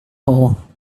hole